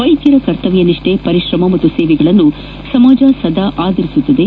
ವೈದ್ಯರ ಕರ್ತವ್ಯನಿಷ್ಠೆ ಪರಿಶ್ರಮ ಮತ್ತು ಸೇವೆಗಳನ್ನು ಸಮಾಜ ಸದಾ ಆದರಿಸುತ್ತದೆ